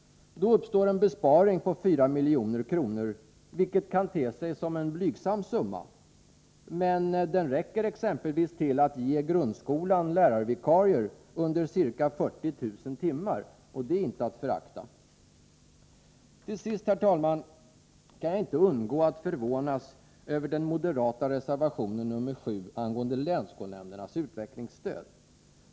Då uppstår en besparing på 4 milj.kr., vilket kan te sig som en blygsam summa, men den räcker exempelvis till att ge grundskolan lärarvikarier under ca 40 000 timmar — och det är inte att förakta. Till sist, herr talman, kan jag inte undgå att förvånas över den moderata reservationen nr 7 angående länsskolnämndernas utvecklingsstöd.